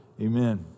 Amen